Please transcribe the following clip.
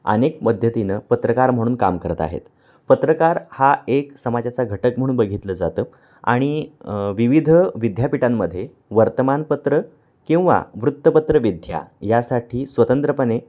अनेक पद्धतीनं पत्रकार म्हणून काम करत आहेत पत्रकार हा एक समाजाचा घटक म्हणून बघितलं जातं आणि विविध विद्यापीठांमध्ये वर्तमानपत्र किंवा वृत्तपत्रविद्या यासाठी स्वतंत्रपणे